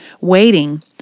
waiting